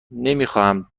نمیخواهم